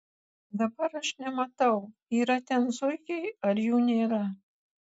dabar aš nematau yra ten zuikiai ar jų nėra